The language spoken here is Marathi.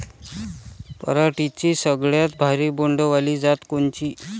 पराटीची सगळ्यात भारी बोंड वाली जात कोनची?